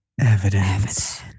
Evidence